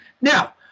now